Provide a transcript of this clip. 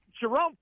Jerome